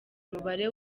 umubare